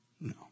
No